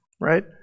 Right